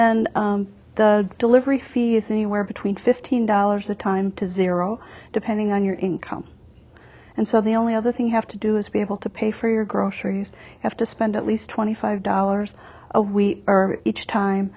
then the delivery fee is anywhere between fifteen dollars a time to zero depending on your income and so the only other thing you have to do is be able to pay for your groceries have to spend at least twenty five dollars of we are each time